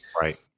Right